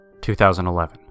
2011